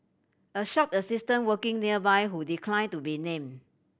a shop assistant working nearby who decline to be name